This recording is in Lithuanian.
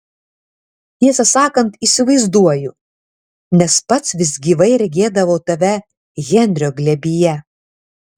tiesą sakant įsivaizduoju nes pats vis gyvai regėdavau tave henrio glėbyje